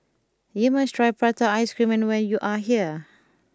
you must try prata ice cream when you are here